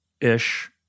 ish